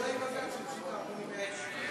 אולי בג"ץ יוציא את הערמונים מהאש.